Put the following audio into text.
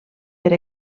per